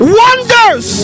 wonders